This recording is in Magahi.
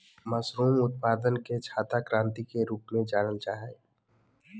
मशरूम उत्पादन के छाता क्रान्ति के रूप में जानल जाय हइ